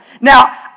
Now